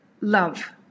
love